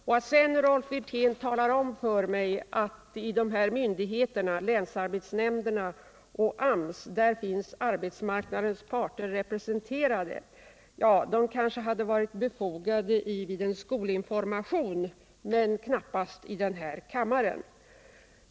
Upplysningen att arbetsmarknadens parter är representerade i länsarbetsnämnderna och i arbetsmarknadsstyrelsen kanske hade varit befogad vid en skolinformation men knappast i denna kammare.